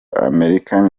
amerika